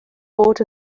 bod